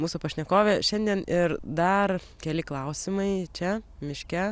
mūsų pašnekovė šiandien ir dar keli klausimai čia miške